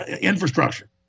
infrastructure